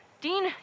Dean